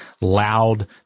loud